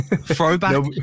Throwback